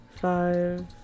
five